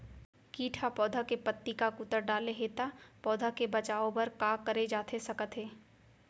किट ह पौधा के पत्ती का कुतर डाले हे ता पौधा के बचाओ बर का करे जाथे सकत हे?